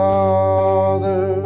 Father